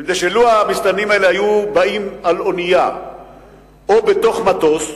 מפני שלו באו המסתננים האלה על אונייה או בתוך מטוס,